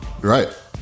Right